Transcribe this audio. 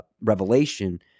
revelation